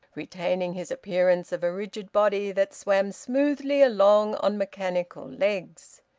retaining his appearance of a rigid body that swam smoothly along on mechanical legs.